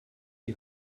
die